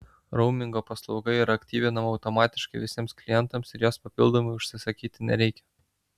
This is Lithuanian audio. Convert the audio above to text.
raumingo paslauga yra aktyvinama automatiškai visiems klientams ir jos papildomai užsisakyti nereikia